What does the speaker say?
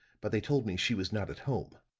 but they told me she was not at home.